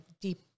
deep